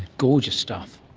gorgeous stuff.